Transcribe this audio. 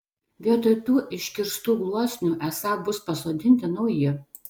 vietoj tų iškirstų gluosnių esą bus pasodinti nauji